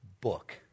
book